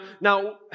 now